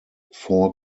four